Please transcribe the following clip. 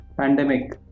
pandemic